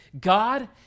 God